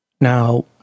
Now